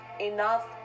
enough